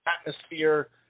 atmosphere